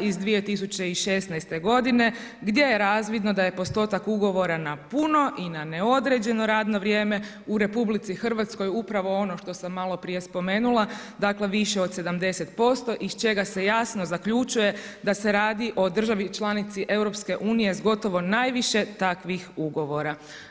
iz 2016. godine gdje je razvidno da je postotak ugovora na puno i na neodređeno radno vrijeme u RH upravo ono što sam malo prije spomenula, dakle, više od 70% iz čega se jasno zaključuje da se radi o državi članici EU s gotovo najviše takvih ugovora.